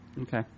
Okay